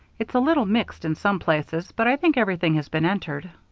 it's a little mixed in some places, but i think everything has been entered.